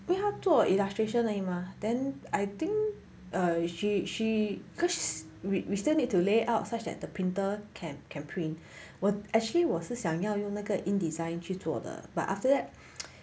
因为他做 illustration 而已吗 then I think err she she cause we we still need to lay out such as the printer can can print 我 actually 我是想要用那个 InDesign 去做的 but after that